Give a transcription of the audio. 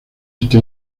este